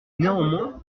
néanmoins